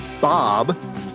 Bob